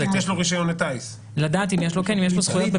רשויות ציבוריות כאלה ואחרות,